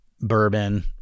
bourbon